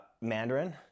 Mandarin